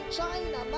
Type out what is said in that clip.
China